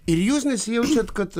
ir jūs nesijaučiat kad